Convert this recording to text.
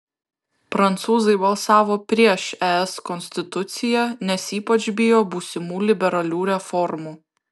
prancūzai balsavo prieš es konstituciją nes ypač bijo būsimų liberalių reformų